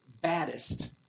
baddest